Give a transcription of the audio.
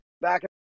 back